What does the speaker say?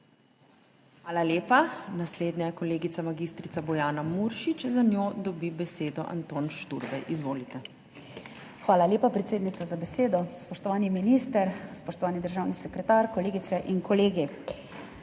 Hvala lepa. Naslednja je kolegica magistrica Bojana Muršič. Za njo dobi besedo Anton Šturbej. Izvolite. **MAG. BOJANA MURŠIČ (PS SD):** Hvala lepa, predsednica, za besedo. Spoštovani minister, spoštovani državni sekretar, kolegice in kolegi!